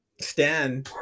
stan